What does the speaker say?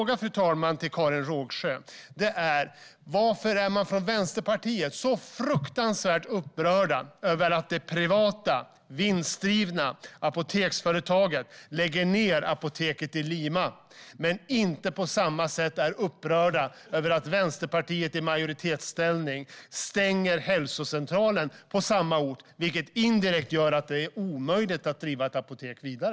Min fråga till Karin Rågsjö är: Varför är man från Vänsterpartiets sida så fruktansvärt upprörd över att det privata, vinstdrivna apoteksföretaget lägger ned apoteket i Lima men inte på samma sätt upprörd över att Vänsterpartiet i majoritetsställning stänger hälsocentralen på samma ort - vilket indirekt gör det omöjligt att driva ett apotek där?